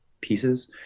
pieces